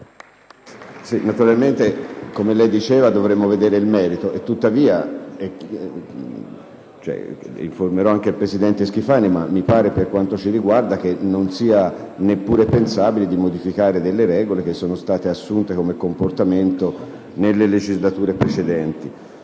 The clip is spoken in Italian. naturalmente - come lei diceva - dovremo vedere il merito. Ne informerò anche il presidente Schifani; mi pare però, per quanto ci riguarda, che non sia neppure pensabile modificare regole che sono state assunte come comportamento nelle legislature precedenti.